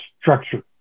structure